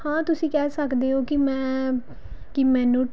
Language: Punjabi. ਹਾਂ ਤੁਸੀਂ ਕਹਿ ਸਕਦੇ ਹੋ ਕਿ ਮੈਂ ਕਿ ਮੈਨੂੰ